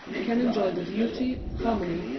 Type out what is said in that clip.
can enjoy the beauty, harmony,